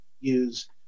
use